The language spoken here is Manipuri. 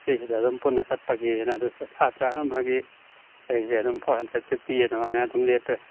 ꯁꯤꯁꯤꯗ ꯑꯗꯨꯝ ꯄꯨꯟꯅ ꯆꯠꯄꯒꯤꯅ ꯑꯗꯨ ꯁꯥꯇ꯭ꯔꯥ ꯑꯃꯒꯤ ꯀꯩꯁꯦ ꯑꯗꯨꯝ ꯐꯣꯔ ꯍꯟꯗ꯭ꯔꯦꯗ ꯐꯤꯐꯇꯤ ꯑꯗꯨꯃꯥꯏꯅ ꯑꯗꯨꯝ ꯂꯦꯞꯄꯦ